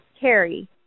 Carrie